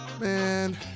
Man